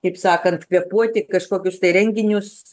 kaip sakant kvėpuoti kažkokius tai renginius